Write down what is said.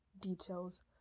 details